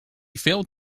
failed